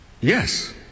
Yes